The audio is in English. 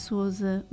Souza